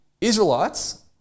Israelites